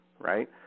right